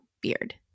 beard